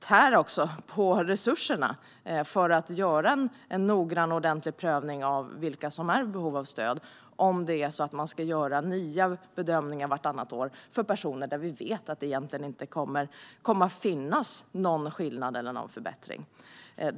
tär också på resurserna som finns för att göra en noggrann och ordentlig prövning av vilka som är i behov av stöd om man också ska göra nya bedömningar vartannat år för personer som vi vet att det inte kommer att vara någon skillnad eller förbättring för.